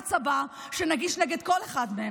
בבג"ץ הבא, שנגיש נגד כל אחד מהם.